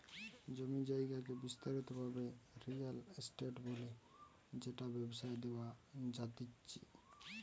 জমি জায়গাকে বিস্তারিত ভাবে রিয়েল এস্টেট বলে যেটা ব্যবসায় দেওয়া জাতিচে